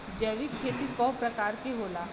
जैविक खेती कव प्रकार के होला?